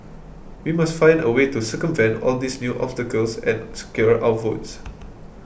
we must find a way to circumvent all these new obstacles and secure our votes